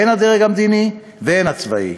הן הדרג המדיני והן הצבאי,